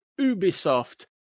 Ubisoft